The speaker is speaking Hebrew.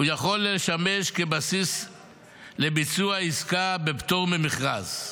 הוא יכול לשמש כבסיס לביצוע עסקה בפטור ממכרז.